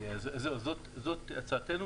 זאת הצעתנו,